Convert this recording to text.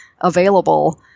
available